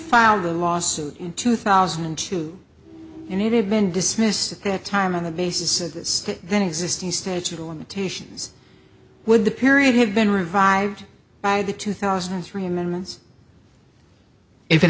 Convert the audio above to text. filed the lawsuit in two thousand and two and it had been dismissed at that time on the basis of this then existing states to the limitations would the period have been revived by the two thousand and three amendments if it